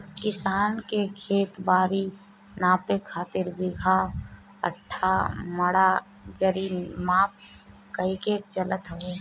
किसान के खेत बारी नापे खातिर बीघा, कठ्ठा, मंडा, जरी माप इकाई चलत हवे